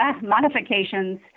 modifications